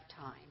time